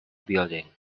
building